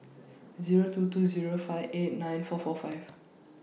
Zero two two Zero five eight nine four four five